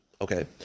Okay